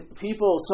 people